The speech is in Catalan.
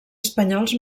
espanyols